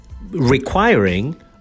requiring